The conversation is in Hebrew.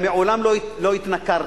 גם מעולם לא התנכרתי.